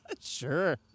Sure